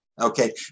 Okay